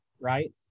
right